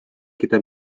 gyda